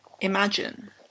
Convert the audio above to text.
imagine